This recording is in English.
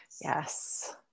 Yes